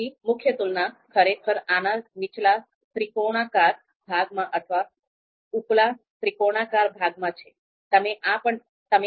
તેથી મુખ્ય તુલના ખરેખર આના નીચલા ત્રિકોણાકાર ભાગમાં અથવા ઉપલા ત્રિકોણાકાર ભાગમાં છે